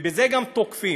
ובזה גם תוקפים.